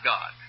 God